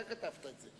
אתה כתבת את זה.